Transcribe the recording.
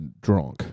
drunk